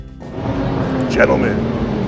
Gentlemen